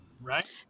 right